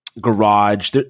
garage